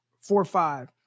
four-five